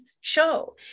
show